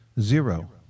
zero